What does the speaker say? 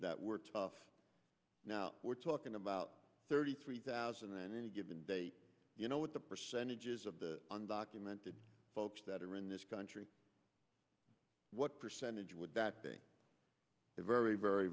that we're tough now we're talking about thirty three thousand then any given day you know what the percentages of the undocumented folks that are in this country what percentage would that be a very very